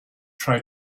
try